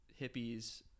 hippies